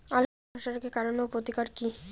আলুর ধসা রোগের কারণ ও প্রতিকার কি?